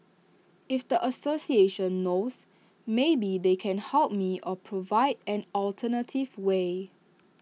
if the association knows maybe they can help me or provide an alternative way